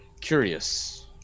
curious